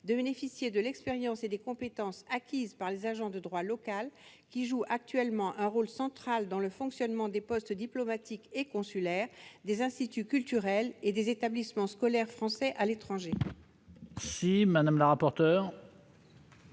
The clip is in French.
de bénéficier de l'expérience et des compétences acquises par ces agents de droit local, qui jouent actuellement un rôle central dans le fonctionnement des postes diplomatiques et consulaires, des instituts culturels et des établissements scolaires français à l'étranger. Quel est l'avis de